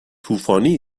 طوفانی